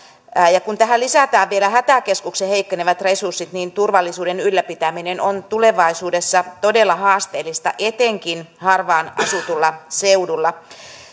kun tähän lisätään vielä hätäkeskuksen heikkenevät resurssit niin turvallisuuden ylläpitäminen on tulevaisuudessa todella haasteellista etenkin harvaan asutulla seudulla